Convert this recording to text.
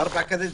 ארבע קדנציות.